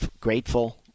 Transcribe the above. grateful